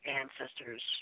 ancestors